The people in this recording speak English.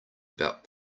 about